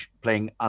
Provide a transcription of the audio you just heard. playing